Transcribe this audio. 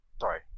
Sorry